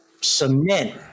cement